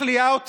מחליאה.